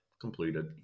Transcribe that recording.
completed